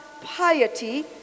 piety